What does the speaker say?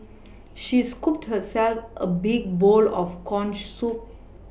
she scooped herself a big bowl of corn soup